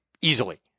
easily